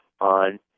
on